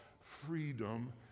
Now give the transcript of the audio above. freedom